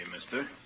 mister